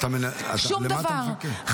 שום דבר.